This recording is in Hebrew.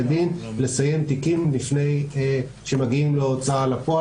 דין לסיים תיקים לפני שמגיעים להוצאה לפועל.